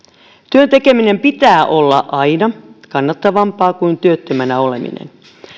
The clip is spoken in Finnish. työn tekemisen pitää olla aina kannattavampaa kuin työttömänä oleminen